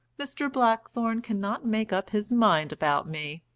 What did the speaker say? mr. blackthorne cannot make up his mind about me.